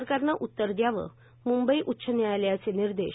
सरकारनं उत्तर दयावं म्ंबई उच्च न्यायालयाचे निर्देश